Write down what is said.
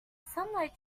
sunlight